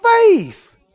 faith